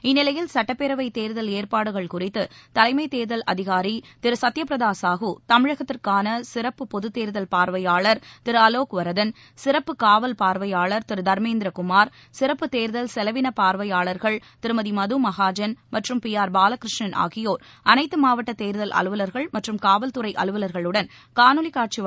இந்நிலையில் சட்டப்பேரவை தேர்தல் ஏற்பாடுகள் குறித்து தலைமை தேர்தல் அதிகாரி திரு சத்தியப்பிரதா சாஹு தமிழகத்திற்கான சிறப்பு பொது தேர்தல் பார்வையாளர் திரு அவோக் வரதன் சிறப்பு காவல் பார்வையாளர் திரு தர்மேந்திர குமார் சிறப்பு தேர்தல் செலவின பார்வையாளர்கள் திருமதி மது மகாஜன் மற்றும் பி ஆர் பாலகிருஷ்ணன் ஆகியோர் அனைத்து மாவட்ட தேர்தல் அலுவவர்கள் மற்றும் காவல்துறை அலுவலா்களுடன் காணொலி காட்சி வாயிலாக நேற்று ஆலோசனை நடத்தினா்